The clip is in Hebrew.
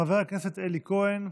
חבר הכנסת אלי כהן,